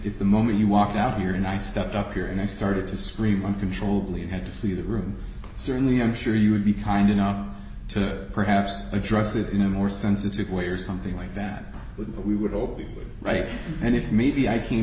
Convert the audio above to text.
if the moment you walked out here and i stepped up here and i started to scream uncontrollably and had to flee the room certainly i'm sure you would be kind enough to perhaps address it in a more sensitive way or something like that would but we would all be right and if maybe i came